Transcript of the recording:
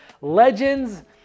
Legends